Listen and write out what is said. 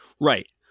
Right